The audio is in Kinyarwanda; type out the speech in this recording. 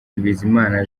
bizimana